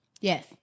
Yes